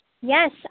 Yes